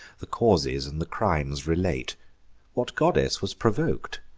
the causes and the crimes relate what goddess was provok'd,